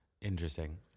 Interesting